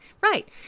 Right